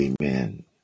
Amen